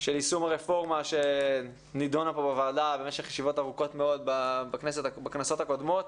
של יישום רפורמה שנידונה פה בוועדה בישיבות קודמות בכנסות הקודמות.